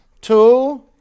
two